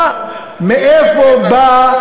מה, מאיפה בא,